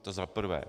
To zaprvé.